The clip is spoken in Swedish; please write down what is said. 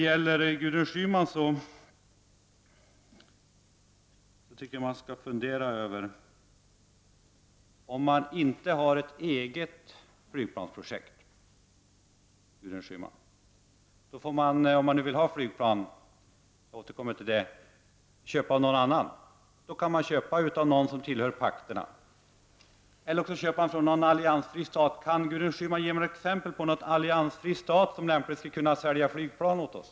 Till Gudrun Schyman vill jag säga att om man inte har ett eget flygplansprojekt får man, om man nu vill ha flygplan — jag återkommer till det — köpa av någon annan. Då kan man köpa av någon som tillhör en av pakterna, eller också köpa från någon alliansfri stat. Kan Gudrun Schyman ge mig exempel på någon alliansfri stat som lämpligen skulle kunna sälja flygplan åt oss?